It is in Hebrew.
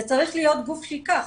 וצריך להיות גוף שייקח,